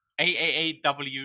AAAW